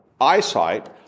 eyesight